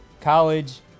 college